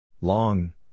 Long